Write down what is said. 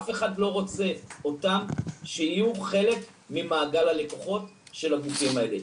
אף אחד לא רוצה אותם שיהיו חלק ממעגל הלקוחות של הגופים האלה.